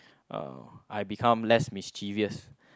uh I become less mischievous